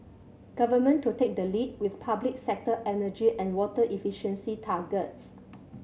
government to take the lead with public sector energy and water efficiency targets